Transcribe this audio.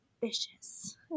vicious